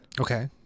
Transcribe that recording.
Okay